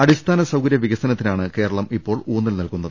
അടിസ്ഥാന സൌകര്യ വികസനത്തിനാണ് കേരളം ഇപ്പോൾ ഊന്നൽ നൽകുന്നത്